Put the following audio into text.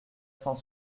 cent